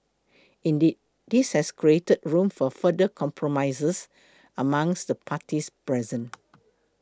indeed this has created room for further compromises amongst the parties present